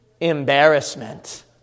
Embarrassment